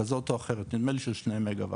כזאת או אחרת, נדמה לי ששניהם מגה וואט.